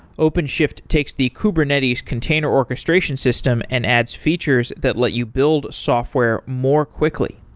openshift takes the kubernetes container orchestration system and adds features that let you build software more quickly.